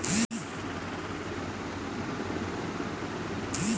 क्या हम ऋण की राशि एक साल के लिए एक साथ जमा कर सकते हैं?